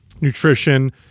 nutrition